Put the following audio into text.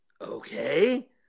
okay